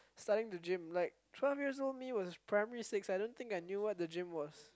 starting to gym like twelve years old me was Primary six I don't think I knew what the gym was